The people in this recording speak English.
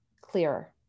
clearer